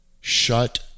shut